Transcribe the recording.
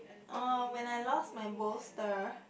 uh when I lost my bolster